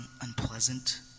unpleasant